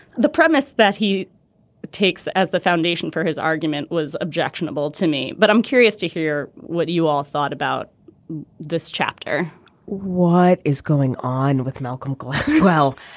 the premise that he takes as the foundation for his argument was objectionable to me but i'm curious to hear what you all thought about this chapter what is going on with malcolm gladwell.